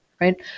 right